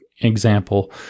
Example